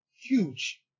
huge